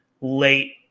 late